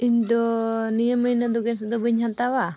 ᱤᱧ ᱫᱚ ᱱᱤᱭᱟᱹ ᱢᱟᱹᱭᱱᱟᱹ ᱫᱚ ᱜᱮᱥ ᱫᱚ ᱵᱟᱹᱧ ᱦᱟᱛᱟᱣᱟ